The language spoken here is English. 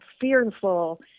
fearful